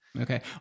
Okay